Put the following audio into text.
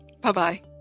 Bye-bye